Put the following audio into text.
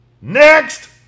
Next